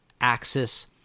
Axis